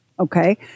Okay